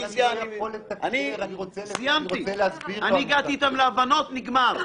אני הגעתי איתם להבנות ונגמר.